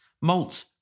malt